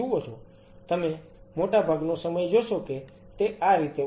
તમે મોટા ભાગનો સમય જોશો કે તે આ રીતે ઊભા છે